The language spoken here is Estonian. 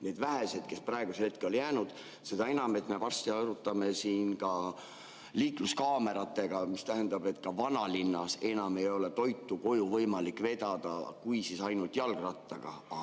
need vähesed, kes praeguseks on jäänud. Seda enam, et me varsti arutame siin ka liikluskaamerate [eelnõu], mis tähendab, et ka vanalinnas enam ei ole toitu koju võimalik vedada. Kui, siis ainult jalgrattaga,